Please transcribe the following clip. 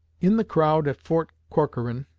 in the crowd at fort corcoran,